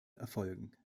erfolgen